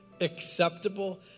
acceptable